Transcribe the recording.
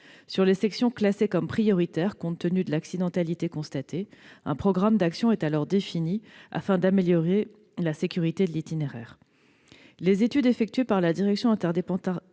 Sur les sections classées comme prioritaires compte tenu de l'accidentalité constatée, un programme d'actions est alors défini, afin d'améliorer la sécurité de l'itinéraire. Les études effectuées par la direction interdépartementale